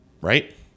Right